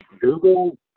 Google